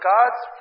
God's